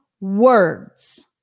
words